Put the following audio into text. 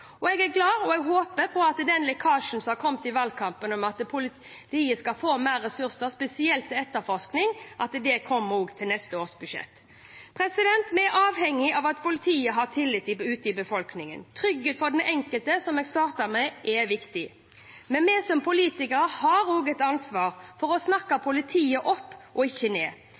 gjennomført. Jeg er glad for, og håper, at lekkasjen som kom i valgkampen om at politiet skal få mer ressurser, spesielt til etterforskning, også kommer i neste års budsjett. Vi er avhengig av at politiet har tillit ute i befolkningen. Trygghet for den enkelte, som jeg startet med, er viktig. Men vi som politikere har også et ansvar for å snakke politiet opp og ikke ned.